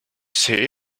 see